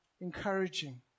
encouraging